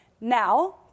Now